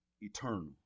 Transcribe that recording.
eternal